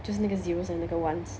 就是那个 zeros and 那个 ones